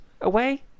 Away